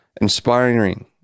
Inspiring